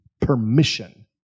Permission